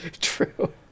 True